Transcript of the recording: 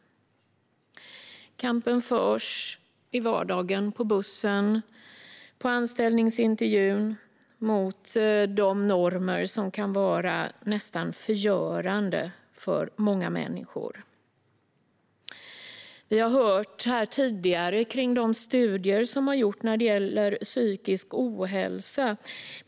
Kampen förs i vardagen - på bussen, på anställningsintervjun - mot de normer som kan vara nästan förgörande för många människor. Tidigare har vi hört här om de studier som gjorts när det gäller psykisk ohälsa.